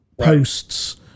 posts